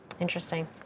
Interesting